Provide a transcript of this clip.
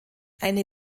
eine